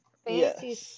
Fancy